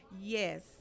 Yes